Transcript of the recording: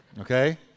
Okay